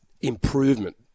improvement